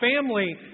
family